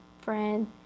friend